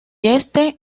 este